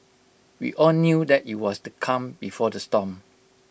we all knew that IT was the calm before the storm